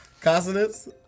Consonants